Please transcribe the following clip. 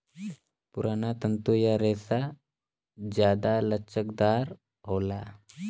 पुराना तंतु या रेसा जादा लचकदार होला